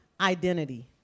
identity